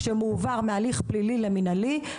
כשמועבר מהליך פלילי למינהלי,